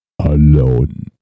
Alone